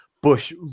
bush